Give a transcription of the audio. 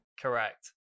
Correct